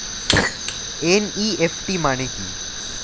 NEFT মানে কি?